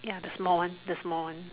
ya the small one the small one